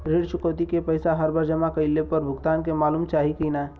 ऋण चुकौती के पैसा हर बार जमा कईला पर भुगतान के मालूम चाही की ना?